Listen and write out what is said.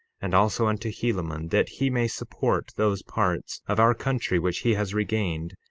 and also unto helaman, that he may support those parts of our country which he has regained,